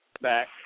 back